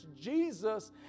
Jesus